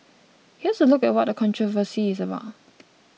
here's a look at what the controversy is about